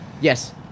yes